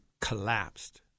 collapsed